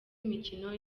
imikino